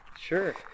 sure